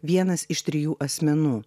vienas iš trijų asmenų